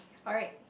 alright